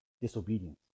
disobedience